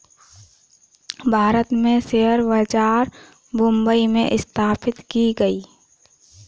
भारत में शेयर बाजार मुम्बई में स्थापित की गयी है